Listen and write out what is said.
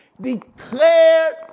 declared